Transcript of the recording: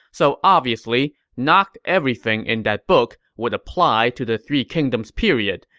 so obviously, not everything in that book would apply to the three kingdoms period,